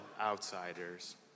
outsiders